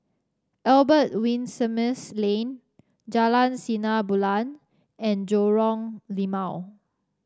Albert Winsemius Lane Jalan Sinar Bulan and Lorong Limau